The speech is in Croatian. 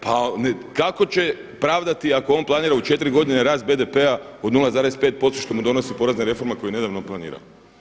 Pa kako će pravdati ako on planira u četiri godine rast BDP-a od 0,5% što mu donosi porezna reforma koju je nedavno planirao.